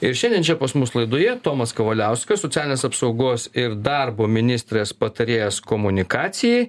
ir šiandien čia pas mus laidoje tomas kavaliauskas socialinės apsaugos ir darbo ministrės patarėjas komunikacijai